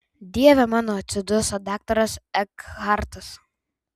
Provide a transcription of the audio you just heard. dieve mano atsiduso daktaras ekhartas